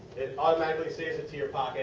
it automatically saves it to your